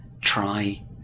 try